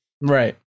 Right